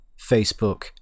Facebook